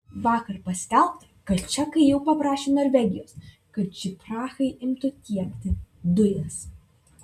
vakar paskelbta kad čekai jau paprašė norvegijos kad ši prahai imtų tiekti dujas